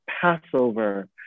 Passover